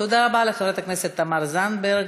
תודה רבה לחברת הכנסת תמר זנדברג.